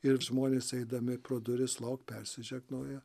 ir žmonės eidami pro duris lauk persižegnoja